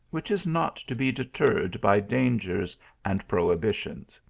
which is not to be deterred by dangers and prohibitions.